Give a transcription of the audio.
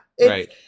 right